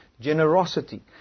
generosity